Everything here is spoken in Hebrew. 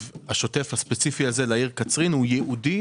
השוטף של העיר ירוחם בהתאם לאמור בהחלטת ממשלה.